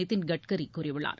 நிதின் கட்கரி கூறியுள்ளார்